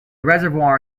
reservoir